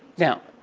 now,